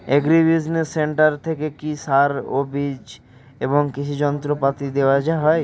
Agri business centre থেকে কি সার ও বিজ এবং কৃষি যন্ত্র পাতি দেওয়া হয়?